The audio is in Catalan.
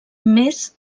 més